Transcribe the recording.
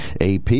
AP